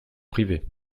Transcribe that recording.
privés